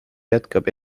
jätkab